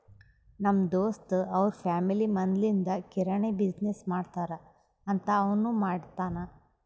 ನಮ್ ದೋಸ್ತ್ ಅವ್ರ ಫ್ಯಾಮಿಲಿ ಮದ್ಲಿಂದ್ ಕಿರಾಣಿ ಬಿಸಿನ್ನೆಸ್ ಮಾಡ್ತಾರ್ ಅಂತ್ ಅವನೂ ಮಾಡ್ತಾನ್